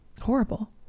horrible